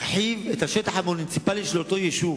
תרחיב את השטח המוניציפלי של אותו יישוב.